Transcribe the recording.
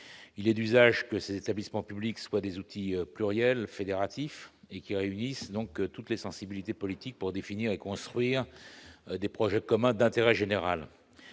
Il est d'usage que les établissements publics d'aménagement soient des outils pluriels, fédératifs, réunissant toutes les sensibilités politiques pour définir et construire des projets communs d'intérêt général.